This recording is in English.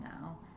now